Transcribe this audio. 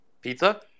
Pizza